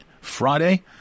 Friday